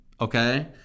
okay